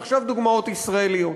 ועכשיו דוגמאות ישראליות.